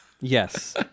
Yes